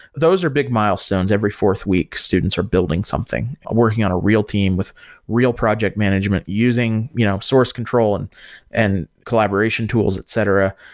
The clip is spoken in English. those are big milestones. every fourth week, students are building something, working on a real team with real project management using you know source control and and collaboration tools, etc.